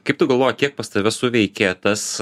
kaip tu galvoji kiek pas tave suveikė tas